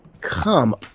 Come